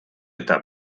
eta